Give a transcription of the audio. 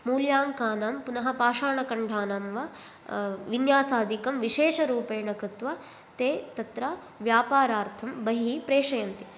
मूल्याङ्कनां पुनः पाषाणखण्डानां वा विन्यासाधिकं विशेष रूपेण कृत्वा ते तत्र व्यापारार्थं बहि प्रेषयन्ति